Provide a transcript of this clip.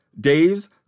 Dave's